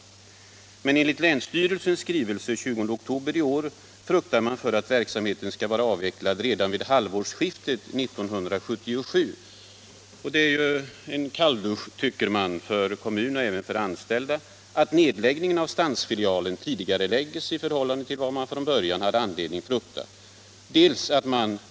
Men enligt 9 december 1976 länsstyrelsens skrivelse av den 20 oktober i år fruktar man att verksamheten skall vara avvecklad redan vid halvårsskiftet 1977. Det är en Om åtgärder för att kalldusch för kommunen och även för de anställda att nedläggningen trygga sysselsättav stansfilialen tidigareläggs i förhållande till vad man från början hade = ningen i Kisa anledning frukta.